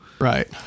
Right